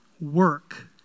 work